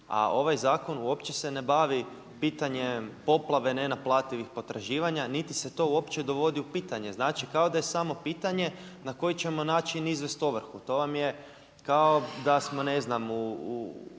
a ovaj zakon uopće se ne bavi pitanjem poplave nenaplativih potraživanja niti se to uopće dovodi u pitanje. Znači, kao da je samo pitanje na koji ćemo način izvest ovrhu. To vam je kao da smo ne znam u